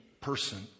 person